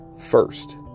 first